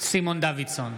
סימון דוידסון,